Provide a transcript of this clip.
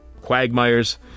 quagmires